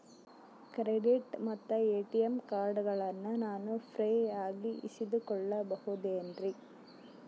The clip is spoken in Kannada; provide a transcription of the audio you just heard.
ಕ್ರೆಡಿಟ್ ಮತ್ತ ಎ.ಟಿ.ಎಂ ಕಾರ್ಡಗಳನ್ನ ನಾನು ಫ್ರೇಯಾಗಿ ಇಸಿದುಕೊಳ್ಳಬಹುದೇನ್ರಿ?